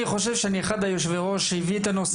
אני חושב שאני אחד מיושבי הראש שהביא את הנושא,